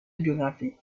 biographie